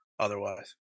otherwise